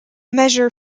measure